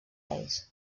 ells